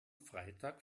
freitag